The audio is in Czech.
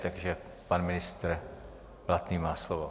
Takže pan ministr Blatný má slovo.